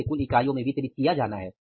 इसे कुल इकाइयों में वितरित किया जाना है